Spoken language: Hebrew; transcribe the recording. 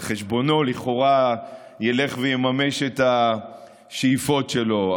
על חשבונו, לכאורה, ילך ויממש את השאיפות שלו.